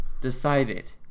decided